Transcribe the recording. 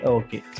okay